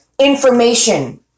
information